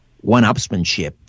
one-upsmanship